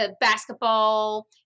basketball